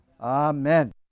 Amen